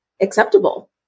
acceptable